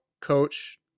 coach